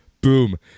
Boom